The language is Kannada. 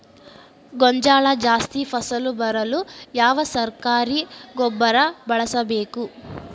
ಗೋಂಜಾಳ ಜಾಸ್ತಿ ಫಸಲು ಬರಲು ಯಾವ ಸರಕಾರಿ ಗೊಬ್ಬರ ಬಳಸಬೇಕು?